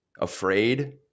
afraid